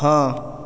हाँ